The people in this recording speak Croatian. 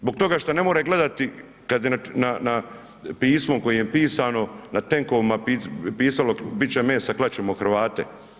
Zbog toga što ne može gledati kad je na pismu kojim je pisano na tenkovima pisalo, bit će mesa, klat ćemo Hrvate.